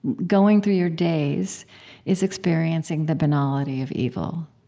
going through your days is experiencing the banality of evil,